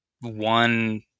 one